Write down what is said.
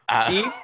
Steve